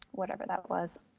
whatever that was.